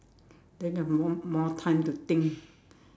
then I have more more time to think